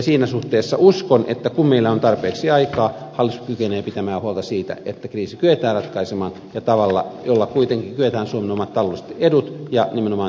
siinä suhteessa uskon että kun meillä on tarpeeksi aikaa hallitus kykenee pitämään huolta siitä että kriisi kyetään ratkaisemaan ja tavalla jolla kuitenkin kyetään suomen omat taloudelliset edut ja nimenomaan